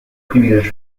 privilèges